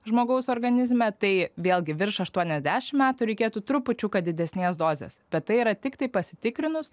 žmogaus organizme tai vėlgi virš aštuoniasdešim metų reikėtų trupučiuką didesnės dozės bet tai yra tiktai pasitikrinus